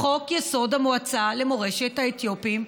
בחוק ליסוד המועצה למורשת האתיופים,